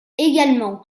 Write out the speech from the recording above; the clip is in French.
également